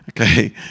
Okay